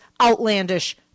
outlandish